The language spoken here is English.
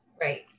Right